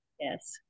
Yes